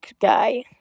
guy